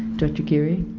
director geary